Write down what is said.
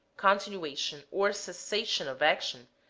continuation or cessation of action,